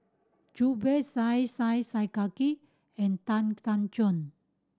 Zubir Said Khattar and Tan Tan Juan